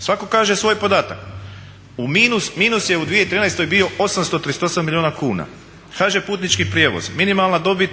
Svatko kaže svoj podatak. Minus je u 2013. bio 838 milijuna kuna. HŽ putnički prijevoz minimalna dobit,